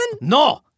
No